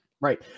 Right